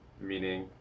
meaning